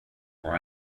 where